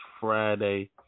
Friday